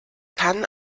kann